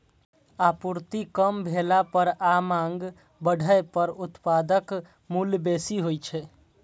आपूर्ति कम भेला पर आ मांग बढ़ै पर उत्पादक मूल्य बेसी होइ छै